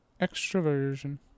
Extroversion